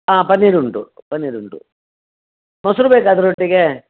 ಹಾಂ ಪನ್ನೀರ್ ಉಂಟು ಪನ್ನೀರ್ ಉಂಟು ಮೊಸರು ಬೇಕಾ ಅದರೊಟ್ಟಿಗೆ